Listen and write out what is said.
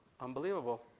unbelievable